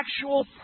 actual